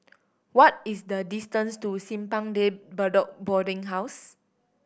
what is the distance to Simpang De Bedok Boarding House